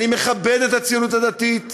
אני מכבד את הציונות הדתית,